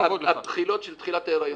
הבחילות של תחילת ההיריון.